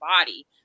body